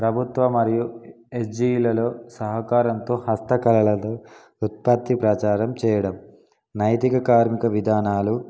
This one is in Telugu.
ప్రభుత్వ మరియు ఎస్జిలలో సహకారంతో హస్తకళలో ఉత్పత్తి ప్రచారం చేయడం నైతిక కార్మిక విధానాలు